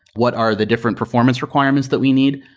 what are the different performance requirements that we need?